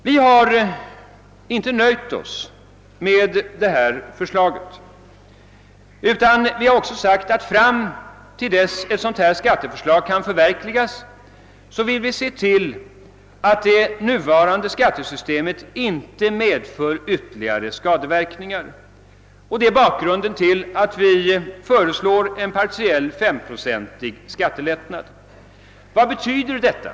Vi har inte nöjt oss med detta förslag, utan vi har också sagt, att till dess ett sådant skatteförslag kunnat förverkligas, vill vi se till att det nuvarande skattesystemet inte medför ytterligare skadeverkningar. Det är bakgrunden till att vi föreslår en partiell 5-procentig skattelättnad. Vad betyder detta?